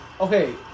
Okay